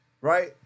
right